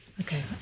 Okay